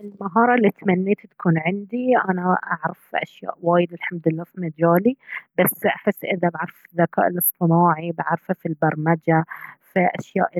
المهارة الي تمنيت تكون عندي انا اعرف اشياء وايد الحمد لله في مجالي بس احس اذا بعرفت ذكاء الاصطناعي بعرف في البرمجة في اشياء